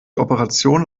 operationen